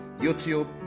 YouTube